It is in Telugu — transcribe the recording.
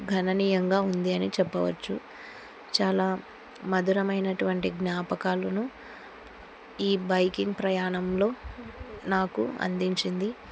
గణనీయంగా ఉంది అని చెప్పవచ్చు చాలా మధురమైనటువంటి జ్ఞాపకాలను ఈ బైకింగ్ ప్రయాణంలో నాకు అందించింది